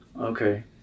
Okay